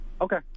Okay